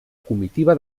comitiva